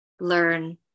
learn